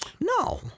No